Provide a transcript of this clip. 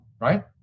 right